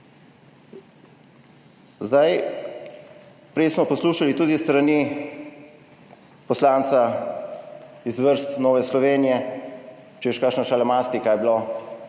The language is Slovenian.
Zdaj, prej smo poslušali tudi s strani poslanca iz vrst Nove Slovenije, češ kakšna šlamastika je bila